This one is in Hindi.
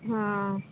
हाँ